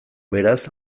beraz